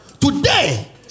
Today